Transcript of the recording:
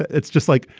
it's just like,